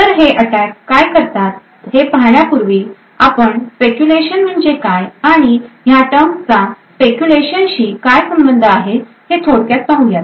तर हे अटॅक काय करतात हे पाहण्यापूर्वी आपण स्पेक्युलेशन म्हणजे काय आणि ह्या टर्मसचा स्पेक्युलेशनशी काय संबंध आहे हे थोडक्यात पाहूयात